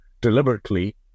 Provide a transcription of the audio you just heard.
deliberately